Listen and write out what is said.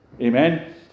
Amen